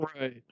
Right